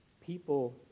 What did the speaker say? people